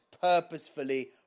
purposefully